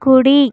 కుడి